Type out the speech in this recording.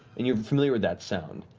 and you're familiar with that sound.